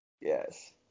Yes